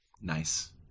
Nice